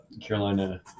Carolina